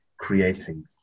creating